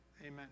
amen